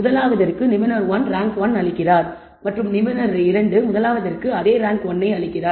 முதலாவதிற்கு நிபுணர் 1 ரேங்க் 1 அளிக்கிறார் மற்றும் நிபுணர் 2 முதலாவதிற்கு அதே ரேங்க் 1 அளிக்கிறார்